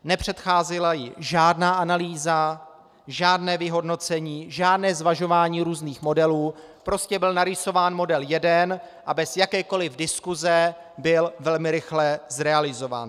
Nepředcházela jí žádná analýza, žádné vyhodnocení, žádné zvažování různých modelů, prostě byl narýsován model jeden a bez jakékoliv diskuse byl velmi rychle zrealizován.